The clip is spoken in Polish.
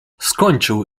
skończył